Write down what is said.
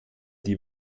die